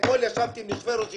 אתמול ישבתי עם יושבי-ראש איגודים.